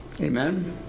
amen